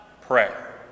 prayer